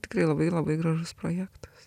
tikrai labai labai gražus projektas